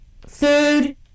food